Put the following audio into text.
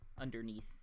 underneath